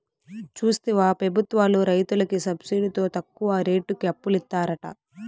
చూస్తివా పెబుత్వాలు రైతులకి సబ్సిడితో తక్కువ రేటుకి అప్పులిత్తారట